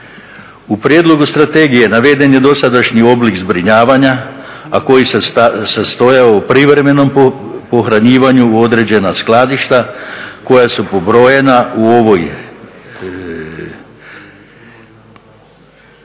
U prijedlogu strategije naveden je dosadašnji oblik zbrinjavanja, a koji se sastojao u privremenom pohranjivanju u određena skladišta koja su pobrojena u ovoj